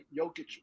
Jokic